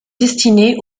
destinés